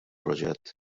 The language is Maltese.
proġett